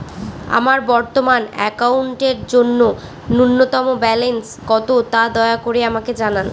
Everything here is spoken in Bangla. আমার বর্তমান অ্যাকাউন্টের জন্য ন্যূনতম ব্যালেন্স কত, তা দয়া করে আমাকে জানান